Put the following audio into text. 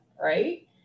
Right